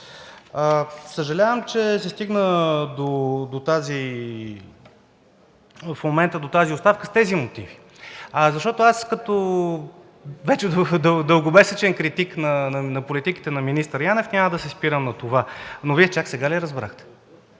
Съжалявам, че в момента се стигна до тази оставка с тези мотиви, защото аз като дългомесечен критик на политиките на министър Янев няма да се спирам на това, но Вие чак сега ли разбрахте,